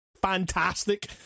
fantastic